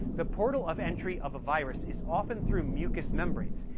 the portal of entry of a virus is often through mucous membranes,